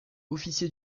officier